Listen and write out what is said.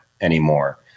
anymore